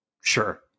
Sure